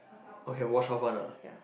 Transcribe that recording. okay can wash off one ah